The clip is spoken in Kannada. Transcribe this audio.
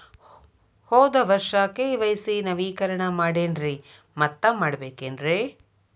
ಹೋದ ವರ್ಷ ಕೆ.ವೈ.ಸಿ ನವೇಕರಣ ಮಾಡೇನ್ರಿ ಮತ್ತ ಮಾಡ್ಬೇಕೇನ್ರಿ?